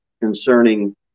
concerning